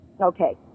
Okay